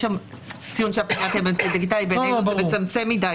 זה מצמצם מדי.